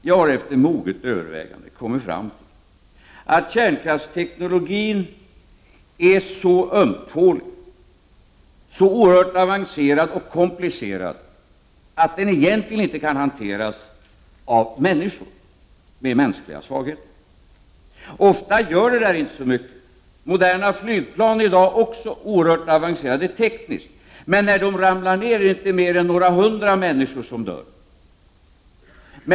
Jag har efter moget övervägande kommit fram till att kärnkraftsteknologin är så ömtålig, så oerhört avancerad och komplicerad att den egentligen inte kan hanteras av människor med mänskliga svagheter. Följderna av en så uppbyggd teknologi blir ofta inte så svåra. Också moderna flygplan är i dag oerhört tekniskt avancerade, men när de ramlar ned är det inte mer än några hundra människor som dör.